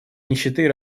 нищеты